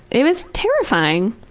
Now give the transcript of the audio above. it was terrifying.